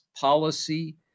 policy